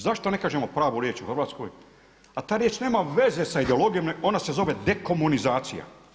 Zašto ne kažemo pravu riječ u Hrvatskoj, a ta riječ nema veze sa ideologijom, ona se zove dekomunizacija.